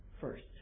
first